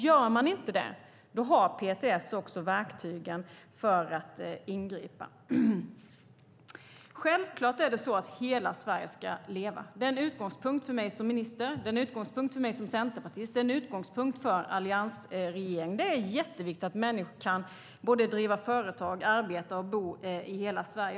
Gör man inte det har PTS verktyg för att ingripa. Självklart ska hela Sverige leva. Det är en utgångspunkt för mig som minister, det är en utgångspunkt för mig som centerpartist, och det är en utgångspunkt för alliansregeringen. Det är mycket viktigt att människor kan driva företag, arbeta och bo i hela Sverige.